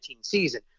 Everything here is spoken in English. season